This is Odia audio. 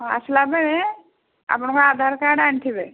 ହଁ ଆସିଲା ବେଳେ ଆପଣଙ୍କ ଆଧାର କାର୍ଡ୍ ଆଣିଥିବେ